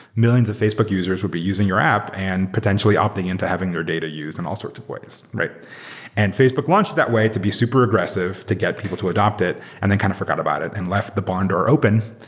millions of facebook users will be using your app and potentially opting into having your data use in all sorts of ways. and facebook launched that way to be super aggressive to get people to adopt it and then kind of forgot about it and left the barn door open.